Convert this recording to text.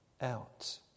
out